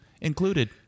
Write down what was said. included